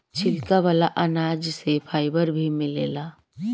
छिलका वाला अनाज से फाइबर भी मिलेला